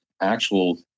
actual